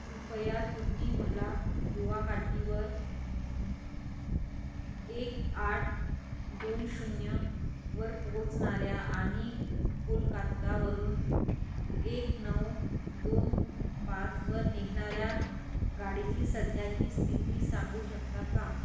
कृपया तुम्ही मला गुवाहाटीवर एक आठ दोन शून्यवर पोहोचणाऱ्या आणि कोलकात्तावरून एक नऊ दोन पाचवर निघणाऱ्या गाडीची सध्याची स्थिती सांगू शकता का